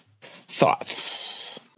thoughts